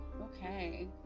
Okay